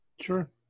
Sure